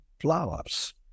flowers